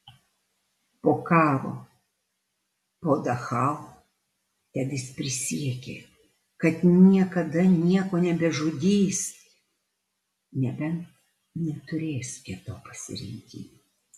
po karo po dachau tedis prisiekė kad niekada nieko nebežudys nebent neturės kito pasirinkimo